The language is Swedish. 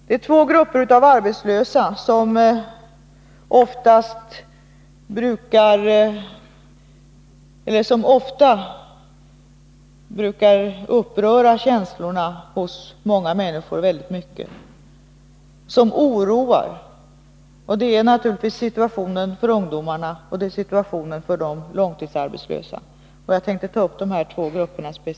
Det är två gruppers arbetslöshetssituation som brukar uppröra människornas känslor och oroa mycket: ungdomarnas och de långtidsarbetslösas situation. Jag tänkte speciellt beröra dessa två grupper.